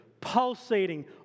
pulsating